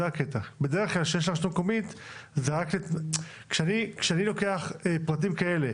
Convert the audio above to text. בדרך כלל כשיש מידע לרשות המקומית זה רק כשאני לוקח פרטים כאלה